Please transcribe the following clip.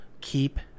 keep